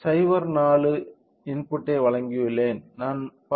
04 இன் இன்புட்டை வழங்கியுள்ளேன் நான் 10